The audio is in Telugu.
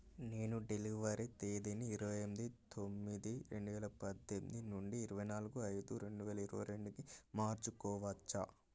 నేను డెలివరీ తేదిని ఇరవై ఎంది తొమ్మిది రెండు వేల పద్దెనిమిది నుండి ఇరవై నాలుగు ఐదు రెండువేల ఇరవై రెండుకి మార్చుకోవచ్చా